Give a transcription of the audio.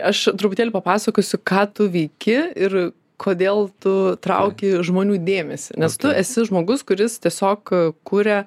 aš truputėlį papasakosiu ką tu veiki ir kodėl tu trauki žmonių dėmesį nes tu esi žmogus kuris tiesiog kuria